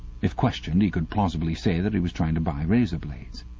if questioned, he could plausibly say that he was trying to buy razor blades.